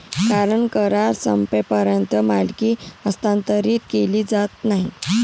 कारण करार संपेपर्यंत मालकी हस्तांतरित केली जात नाही